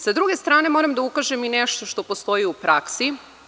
Sa druge strane moram da ukažem i nešto što postoji u praksi.